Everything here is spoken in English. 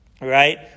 right